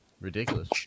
ridiculous